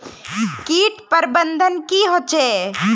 किट प्रबन्धन की होचे?